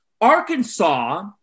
Arkansas